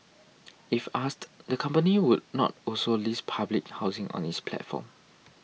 if asked the company would not also list public housing on its platform